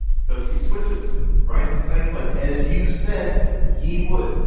so she switches right in the same place as you said ye would.